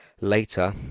later